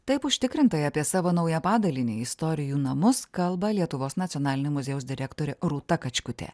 taip užtikrintai apie savo naują padalinį istorijų namus kalba lietuvos nacionalinio muziejaus direktorė rūta kačkutė